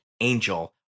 angel